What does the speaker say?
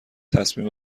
تصمیم